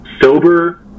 sober